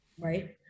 right